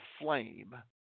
flame